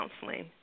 Counseling